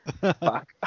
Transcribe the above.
Fuck